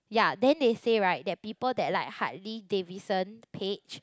ya then they say right that people that like Harley Davidson page